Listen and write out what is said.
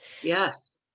Yes